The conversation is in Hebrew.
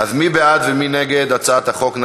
מי בעד ומי נגד הצעת החוק?